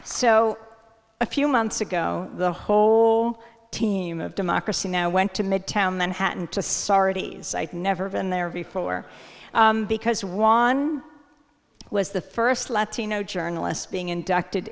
so a few months ago the whole team of democracy now went to midtown manhattan to sardi's never been there before because ron was the first latino journalist being inducted